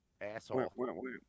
Asshole